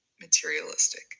materialistic